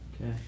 Okay